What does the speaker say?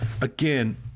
again